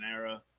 era